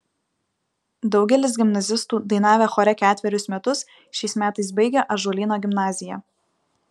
daugelis gimnazistų dainavę chore ketverius metus šiais metais baigia ąžuolyno gimnaziją